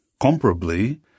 Comparably